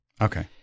okay